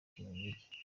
kinigi